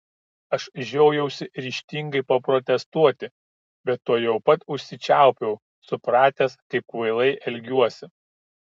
aš žiojausi ryžtingai paprotestuoti bet tuoj pat užsičiaupiau supratęs kaip kvailai elgiuosi